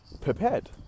prepared